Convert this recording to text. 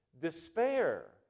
despair